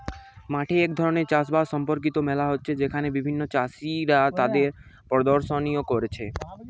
মাঠে এক ধরণের চাষ বাস সম্পর্কিত মেলা হচ্ছে যেখানে বিভিন্ন চাষীরা তাদের প্রদর্শনী কোরছে